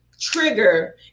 trigger